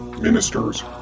Ministers